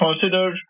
consider